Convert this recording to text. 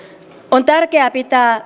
on tärkeää pitää